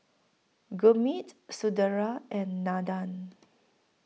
Gurmeet Sunderlal and Nandan